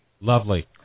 Lovely